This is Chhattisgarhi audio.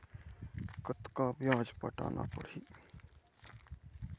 कतका ब्याज पटाना पड़ही?